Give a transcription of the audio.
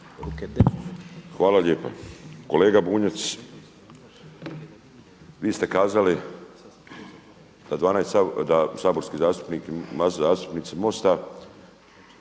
Hvala lijepa. Kolega Bunjac, vi ste kazali da saborski zastupnik, zastupnici MOST-a